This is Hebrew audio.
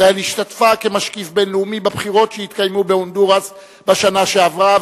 ישראל השתתפה כמשקיף בין-לאומי בבחירות שהתקיימו בהונדורס בשנה שעברה,